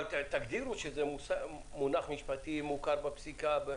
אבל תגדירו שזה מונח משפטי מוכר בפסיקה.